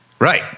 Right